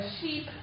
sheep